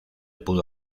pudo